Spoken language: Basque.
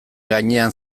gainean